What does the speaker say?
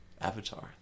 Avatar